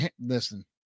listen